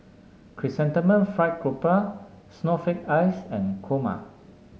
Chrysanthemum Fried Garoupa Snowflake Ice and Kurma